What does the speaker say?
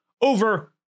over